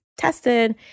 tested